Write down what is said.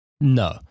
No